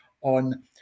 on